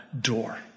door